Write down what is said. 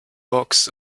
box